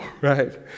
right